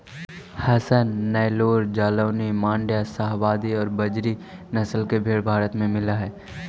हसन, नैल्लोर, जालौनी, माण्ड्या, शाहवादी और बजीरी नस्ल की भेंड़ भारत में मिलअ हई